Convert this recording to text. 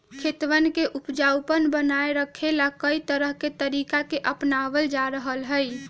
खेतवन के उपजाऊपन बनाए रखे ला, कई तरह के तरीका के अपनावल जा रहले है